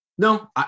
No